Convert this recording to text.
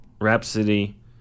Rhapsody